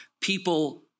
People